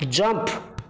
jump